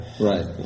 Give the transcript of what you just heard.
right